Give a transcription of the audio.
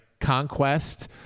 conquest